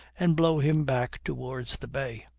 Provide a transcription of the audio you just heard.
and blow him back towards the bay.